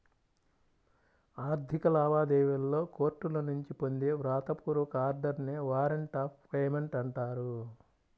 ఆర్థిక లావాదేవీలలో కోర్టుల నుంచి పొందే వ్రాత పూర్వక ఆర్డర్ నే వారెంట్ ఆఫ్ పేమెంట్ అంటారు